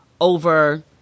over